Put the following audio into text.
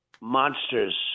monsters